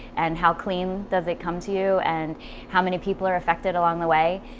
and how clean does it come to you? and how many people are affected along the way?